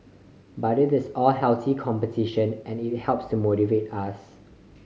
but it's all healthy competition and it helps to motivate us